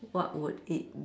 what would it